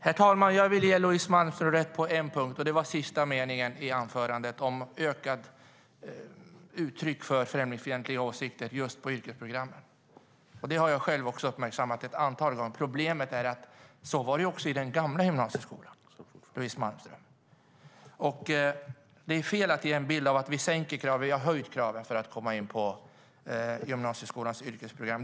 Herr talman! Jag vill ge Louise Malmström rätt på en punkt, och det gäller sista meningen i anförandet om ökat uttryck för främlingsfientliga åsikter just inom yrkesprogrammen. Det har jag själv uppmärksammat ett antal gånger. Problemet är att det var så också i den gamla gymnasieskolan, Louise Malmström. Det är fel att ge en bild av att vi sänker kraven, för vi har höjt kraven för att komma in på gymnasieskolans yrkesprogram.